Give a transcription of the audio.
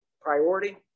priority